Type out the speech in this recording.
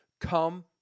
come